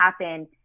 happen